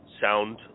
sound